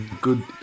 good